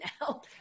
now